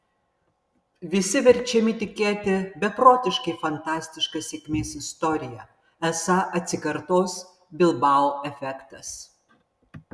visi verčiami tikėti beprotiškai fantastiška sėkmės istorija esą atsikartos bilbao efektas